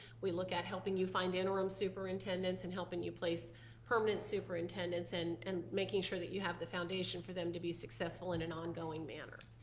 we look at helping you find interim superintendents and helping you place permanent superintendents and and making sure that you have the foundation for them to be successful in an ongoing manner.